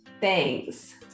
Thanks